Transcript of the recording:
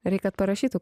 reik kad parašytų